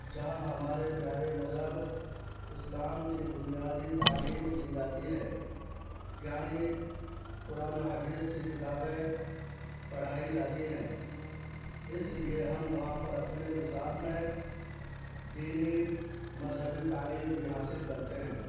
جہاں ہمارے پیارے مذہب اسلام کی بنیادی تعلیم دی جاتی ہے یعنی قرآن و حدیث کی کتابیں پڑھائی جاتی ہیں اس لیے ہم وہاں پر اپنے نصاب میں دینی مذہبی تعلیم بھی حاصل کرتے ہیں